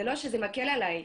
זה לא שזה מקל עליי,